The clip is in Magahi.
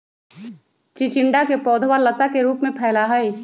चिचिंडा के पौधवा लता के रूप में फैला हई